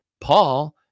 Paul